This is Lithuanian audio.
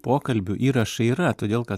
pokalbių įrašai yra todėl kad